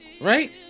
right